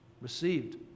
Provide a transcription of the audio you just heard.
received